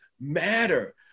matter